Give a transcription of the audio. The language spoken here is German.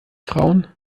frauen